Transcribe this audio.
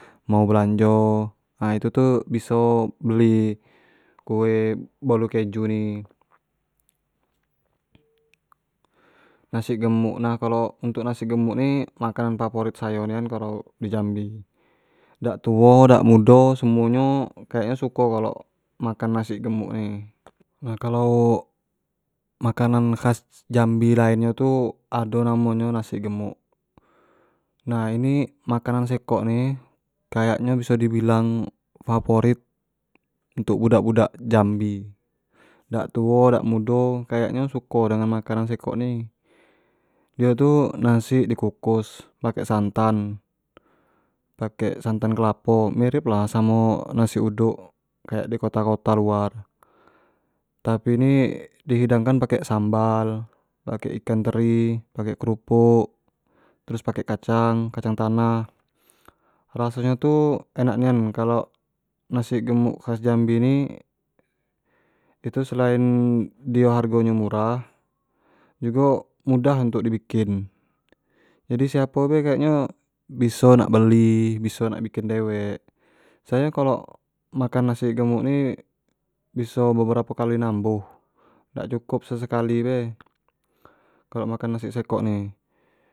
Mau belanjo itu tu biso beli kue bolu kojo ni nasi gemuk nah kalo untuk nasi gemuk ni makanan favorit sayo nian kalo di jambi dak tuo dak mudo semuo nyo kayak nyo suko galo kalo makan nasi gemuk ni, nah kalau makanan khas jambi lain nyo tu ado namo nyo nasi gemuk nah ini makanan sekok ni kayak nyo biso di bilang favorit untuk budak-budak jambi dak tuo dak mudo kayak nyo suko dengan makanan sekok ni, dio tu nasi di kukus pake santan pake santan kelapo mirip lah samo nasi uduk, kayak di kota-kota luar, tapi ni di hidang kan pake sambal pake ikan teri pake kerupk terus pake kacang-kacang tanah terus raso nyo tu enak nian, kalo nasi gemuk khas jambi ni itu selain dio hargo nyo murah, jugo mudah untuk di bikin, jadi siapo pun raso nyo biso nak beli, biso nak bikin dewek, sayo kalo makan nasi gemuk beberapo kali nambuh, dak cukup sesekali bae kalo makan nasi sekok ni.